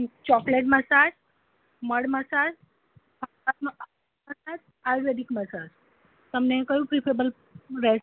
chocolate massage mud massage herbal massage ayurvedic massage તમને કયું preferable ર રહે